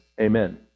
amen